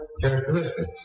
characteristics